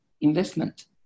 investment